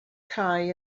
cae